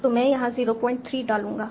तो मैं यहां 03 डालूंगा